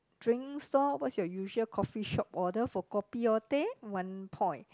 drinks stall what's your usual coffee shop order for kopi or teh one point